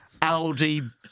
Aldi